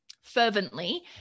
fervently